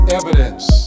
evidence